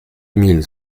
mille